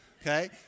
Okay